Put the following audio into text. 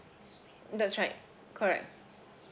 that's right correct